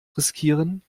riskieren